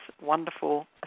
wonderful